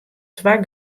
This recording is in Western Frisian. twa